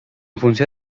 funció